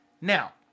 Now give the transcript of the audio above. Now